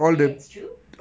that's true